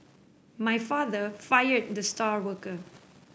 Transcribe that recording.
my father fired the star worker